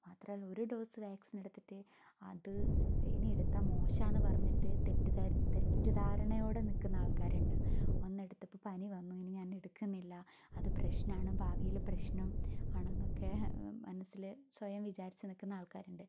മാത്രല്ല ഒരു dose vaccine എടുത്തിട്ട് അത് ഇനി എടുത്താൽ മോശമാണ് എന്ന് പറഞ്ഞിട്ട് തെറ്റിദ്ധാരണ തെറ്റിദ്ധാരണയോട് നിൽക്കുന്ന ആൾക്കാരുണ്ട് ഒന്നെടുത്തപ്പ പനി വന്ന് ഇനി ഞാനെടുക്കുന്നില്ല അത് പ്രശ്നാണ് ഭാവില് പ്രശ്നം ആണൊന്നൊക്കെ മനസ്സില് സ്വയം വിചാരിച്ച് നിൽക്കുന്ന ആൾക്കാരുണ്ട്